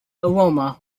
aroma